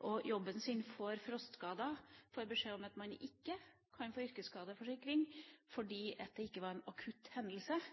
på jobben sin, får frostskader og får beskjed om at man ikke kan få yrkesskadeerstatning fordi det ikke var en